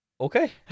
Okay